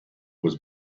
was